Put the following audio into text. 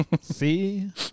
see